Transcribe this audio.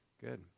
good